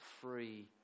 free